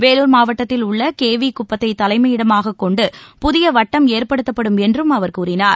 வேலூர் மாவட்டத்தில் உள்ள K V குப்பத்தை தலைமையிடமாக கொண்டு புதிய வட்டம் ஏற்படுத்தப்படும் என்றும் அவர் கூறினார்